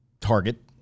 target